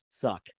suck